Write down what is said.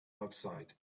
outside